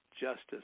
justice